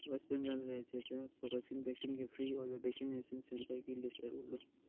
west Bengal ꯔꯥꯖ꯭ꯌꯗ ꯀꯣꯕꯦꯛꯁꯤꯟ ꯚꯦꯛꯁꯤꯟꯒꯤ free ꯑꯣꯏꯕ ꯚꯦꯛꯁꯤꯅꯦꯁꯟ ꯁꯦꯟꯇꯔꯒꯤ ꯂꯤꯁ ꯎꯠꯂꯨ